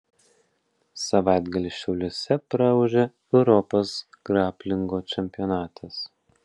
savaitgalį šiauliuose praūžė europos graplingo čempionatas